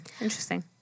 Interesting